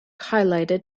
highlighted